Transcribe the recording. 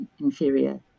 inferior